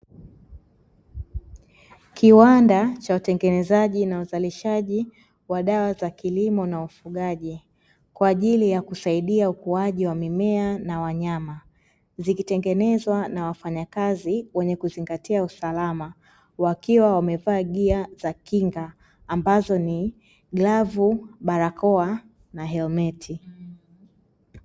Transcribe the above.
Kiwanda cha utengenezaji na uzajilshaji wa dawa za kilimo na ufugaji, kwa ajili ya kusaidia ukuaji wa mimea na wanyama. Zikitengenezwa na wafanyakazi wenye kizingatia usalama wakiwa wamevaa gia za kinga ambazo ni glavu, barakoa na helmeti.